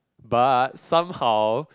but somehow